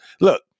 look